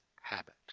habit